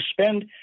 spend